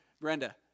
Brenda